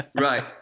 Right